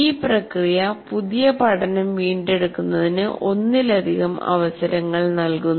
ഈ പ്രക്രിയ പുതിയ പഠനം വീണ്ടെടുക്കുന്നതിന് ഒന്നിലധികം അവസരങ്ങൾ നൽകുന്നു